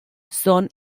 son